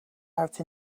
out